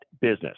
business